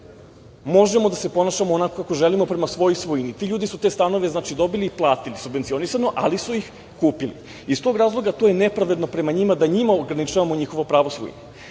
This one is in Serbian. Možemo da se ponašamo onako kako želimo, prema svojoj svojini. Ti ljudi su te stanove, znači, dobili i platili su, subvencionisano, ali su ih kupili. Iz to razloga to je nepravedno prema njima da njima ograničavamo njihovo pravo svojine. Drugi